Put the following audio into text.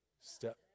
step